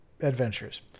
adventures